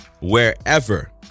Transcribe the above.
wherever